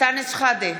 אנטאנס שחאדה,